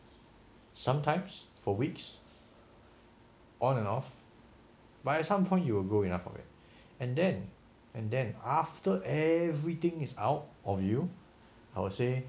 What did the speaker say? sometimes for weeks on and off but at some point you will go enough of it and then and then after everything is out of you I would say